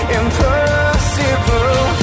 impossible